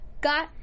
got